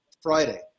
Friday